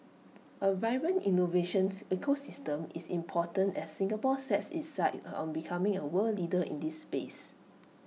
A vibrant innovations ecosystem is important as Singapore sets its sights on becoming A world leader in this space